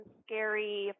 scary